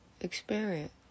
experience